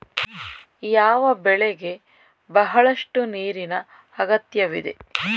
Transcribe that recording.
ಯಾವ ಬೆಳೆಗೆ ಬಹಳಷ್ಟು ನೀರಿನ ಅಗತ್ಯವಿದೆ?